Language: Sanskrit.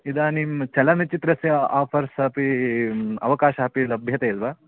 इदानीं चलनचित्रस्य आफ़र्स् अपि अवकाशः अपि लभ्यते वा